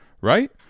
Right